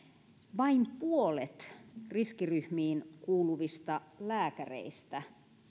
vain puolet riskiryhmiin kuuluvista lääkäreistä